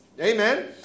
Amen